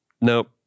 nope